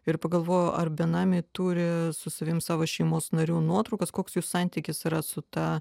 ir pagalvojau ar benamiai turi su savim savo šeimos narių nuotraukas koks jų santykis yra su ta